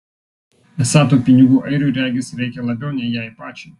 esą tų pinigų airiui regis reikia labiau nei jai pačiai